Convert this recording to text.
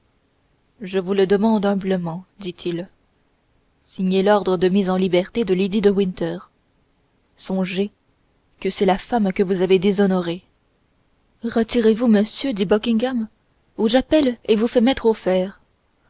je vous le demande humblement dit-il signez l'ordre de mise en liberté de lady de winter songez que c'est la femme que vous avez déshonorée retirez-vous monsieur dit buckingham ou j'appelle et vous fais mettre aux fers